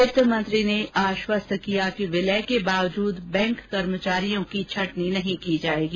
वित्त मंत्री नले आश्वस्त किया कि विलय के बावजूद बैंक कर्मचारियों की छंटनी नहीं की जाएगी